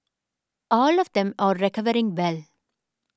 all of them are recovering well